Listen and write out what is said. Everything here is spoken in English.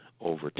over